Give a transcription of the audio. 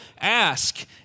Ask